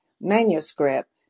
manuscript